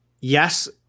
yes